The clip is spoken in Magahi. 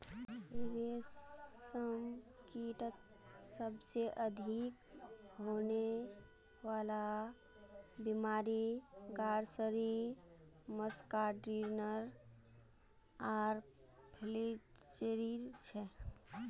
रेशमकीटत सबसे अधिक होने वला बीमारि ग्रासरी मस्कार्डिन आर फ्लैचेरी छे